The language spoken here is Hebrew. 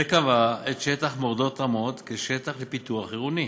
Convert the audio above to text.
וקבעה את שטח מורדות-רמות כשטח לפיתוח עירוני.